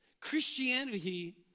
Christianity